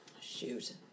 shoot